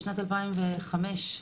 בשנת 2005,